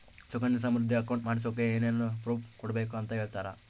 Sukanya Samriddhi account ಮಾಡಿಸೋಕೆ ಏನೇನು proof ಕೊಡಬೇಕು ಅಂತ ಹೇಳ್ತೇರಾ?